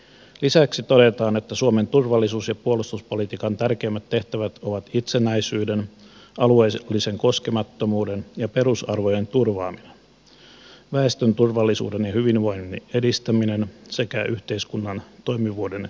lisäksi todetaan että suomen turvallisuus ja puolustuspolitiikan tärkeimmät tehtävät ovat itsenäisyyden alueellisen koskemattomuuden ja perusarvojen turvaaminen väestön turvallisuuden ja hyvinvoinnin edistäminen sekä yhteiskunnan toimivuuden ylläpitäminen